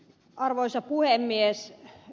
arvoisa puhemies